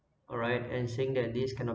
alright and saying that this cannot